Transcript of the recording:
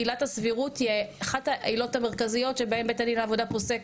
עילת הסבירות היא אחת העילות המרכזיות שבהן בית הדין לעבודה פוסק,